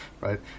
right